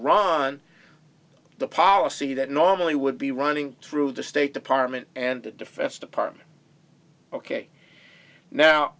run the policy that normally would be running through the state department and the defense department ok now